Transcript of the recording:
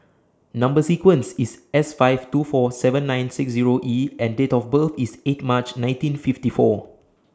Number sequence IS S five two four seven nine six Zero E and Date of birth IS eight March nineteen fifty four